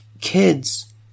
Kids